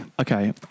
Okay